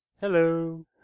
Hello